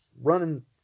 running